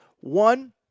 One